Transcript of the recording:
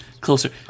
closer